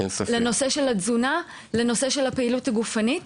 לתזונה ולפעילות גופנית.